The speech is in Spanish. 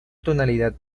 tonalidad